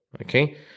okay